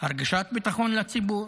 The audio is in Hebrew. הרגשת ביטחון לציבור,